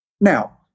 Now